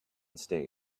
stage